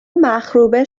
مخروبه